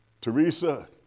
Teresa